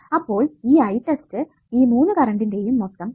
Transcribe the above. അപ്പോൾ ഈ I test ഈ മൂന്ന് കറണ്ടിന്റെയും മൊത്തം തുക